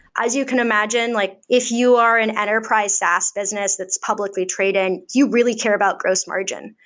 as you can imagine, like if you are an enterprise saas business that's publicly trading, you really care about gross margin.